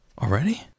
Already